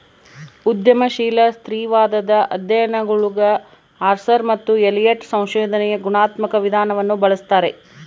ಉದ್ಯಮಶೀಲ ಸ್ತ್ರೀವಾದದ ಅಧ್ಯಯನಗುಳಗಆರ್ಸರ್ ಮತ್ತು ಎಲಿಯಟ್ ಸಂಶೋಧನೆಯ ಗುಣಾತ್ಮಕ ವಿಧಾನವನ್ನು ಬಳಸ್ತಾರೆ